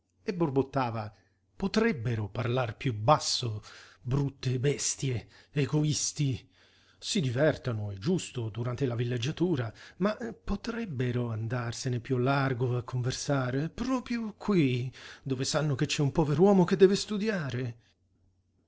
e borbottava potrebbero parlar piú basso brutte bestie egoisti si divertano è giusto durante la villeggiatura ma potrebbero andarsene piú al largo a conversare proprio qui dove sanno che c'è un pover'uomo che deve studiare